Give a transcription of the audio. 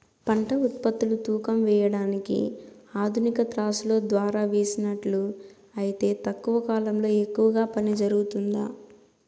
పంట ఉత్పత్తులు తూకం వేయడానికి ఆధునిక త్రాసులో ద్వారా వేసినట్లు అయితే తక్కువ కాలంలో ఎక్కువగా పని జరుగుతుందా?